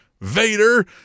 Vader